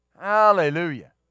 Hallelujah